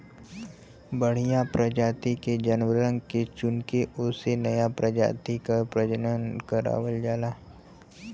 बढ़िया परजाति के जानवर के चुनके ओसे नया परजाति क प्रजनन करवावल जाला